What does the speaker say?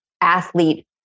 athlete